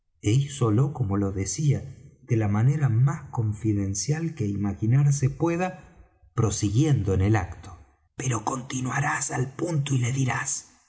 hízolo como lo decía de la manera más confidencial que imaginarse pueda prosiguiendo en el acto pero continuarás al punto y le dirás